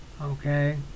Okay